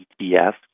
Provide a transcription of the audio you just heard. ETF